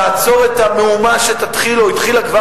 תעצור את המהומה שתתחיל או התחילה כבר